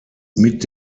mit